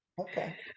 okay